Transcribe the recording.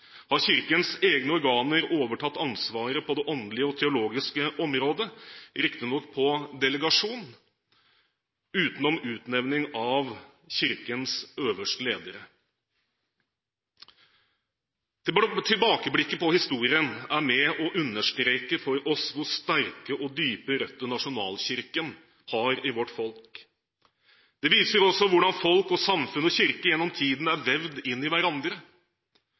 har Kirkens egne organer overtatt ansvaret på det åndelige og teologiske området, riktignok på delegasjon, utenom utnevning av Kirkens øverste ledere. Tilbakeblikket på historien er med og understreker for oss hvor sterke og dype røtter nasjonalkirken har i vårt folk. Det viser også hvordan folk og samfunn og kirke gjennom tiden er vevd inn i hverandre.